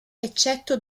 eccetto